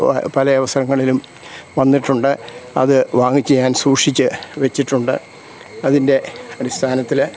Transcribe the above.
പല അവസരങ്ങളിലും വന്നിട്ടുണ്ട് അത് വാങ്ങിച്ചു ഞാൻ സൂക്ഷിച്ച് വെച്ചിട്ടുണ്ട് അതിൻ്റെ അടിസ്ഥാനത്തിൽ